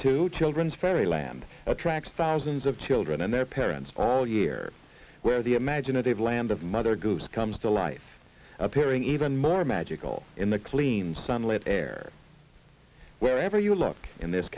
to children's fairyland attracts thousands of children and their parents where the imaginative land of mother goose comes to life appearing even more magical in the clean sunlit air wherever you look in this